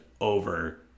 over